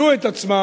השלו את עצמם,